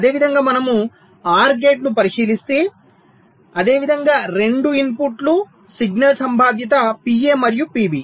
అదేవిధంగా మనము OR gate ను పరిశీలిస్తే అదే విధంగా 2 ఇన్పుట్ల సిగ్నల్ సంభావ్యత PA మరియు PB